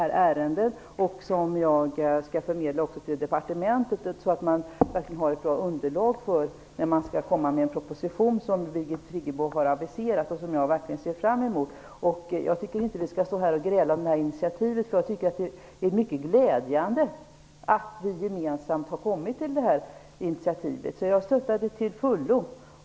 Det materialet skall jag förmedla också till departementet, så att man där har ett bra underlag när man skall komma med en proposition som Birgit Friggebo har aviserat och som jag verkligen ser fram emot. Jag tycker inte att vi skall gräla om initiativet, utan jag tycker att det är mycket glädjande att vi gemensamt har kommit till detta initiativ. Jag stöder det till fullo.